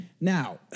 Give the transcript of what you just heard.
Now